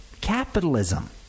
Capitalism